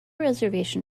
reservation